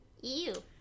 Ew